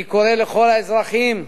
אני קורא לכל האזרחים: